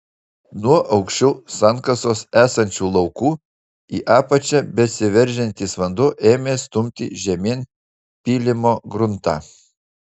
nuo aukščiau sankasos esančių laukų į apačią besiveržiantis vanduo ėmė stumti žemyn pylimo gruntą